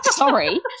sorry